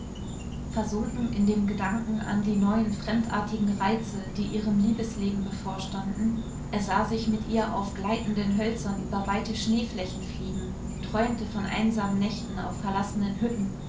versunken in dem gedanken an die neuen fremdartigen reize die ihrem liebesleben bevorstanden er sah sich mit ihr auf gleitenden hölzern über weite schneeflächen fliegen träumte von einsamen nächten auf verlassenen hütten